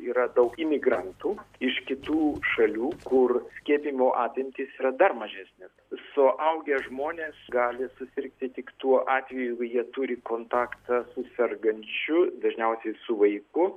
yra daug imigrantų iš kitų šalių kur skiepijimo apimtys yra dar mažesnės suaugę žmonės gali susirgti tik tuo atveju jeigu jie turi kontaktą su sergančiu dažniausiai su vaiku